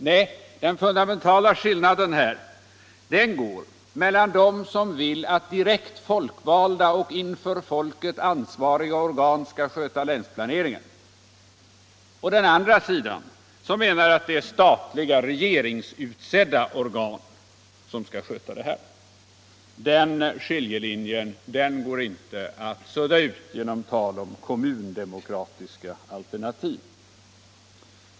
Nej, den fundamentala skillnaden går mellan dem som anser att direkt folkvalda och inför folket ansvariga organ skall sköta länsplaneringen, och den andra sidan som menar att det är statliga, regeringsutsedda organ som skall sköta den. Den skiljelinjen kan inte suddas ut genom tal om kommundemokratiska alternativ.